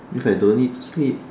if I don't need to sleep